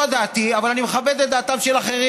זו דעתי, אבל אני מכבד את דעתם של אחרים.